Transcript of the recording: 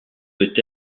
peut